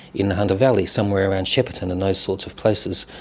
in the hunter valley somewhere around shepparton and those sorts of places,